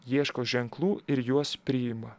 ieško ženklų ir juos priima